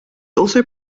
also